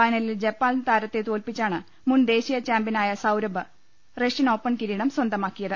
ഫൈന ലിൽ ജപ്പാൻ താരത്തെ തോല്പിച്ചാണ് മുൻ ദേശീയ ചാമ്പ്യനായ സൌരഭ് റഷ്യൻ ഓപ്പൺ കിരീടം സ്വന്തമാക്കിയത്